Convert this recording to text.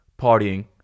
partying